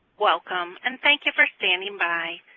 welcome, and thank you for standing by.